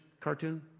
cartoon